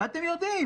ואתם יודעים